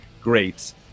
great